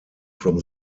from